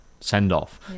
send-off